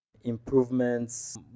improvements